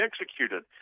executed